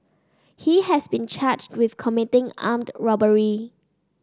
he has been charged with committing armed robbery